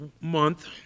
month